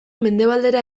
mendebaldera